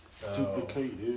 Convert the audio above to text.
Duplicate